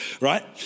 right